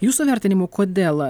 jūsų vertinimu kodėl